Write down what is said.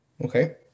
Okay